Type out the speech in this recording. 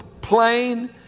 plain